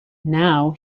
now